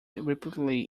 repeatedly